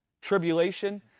tribulation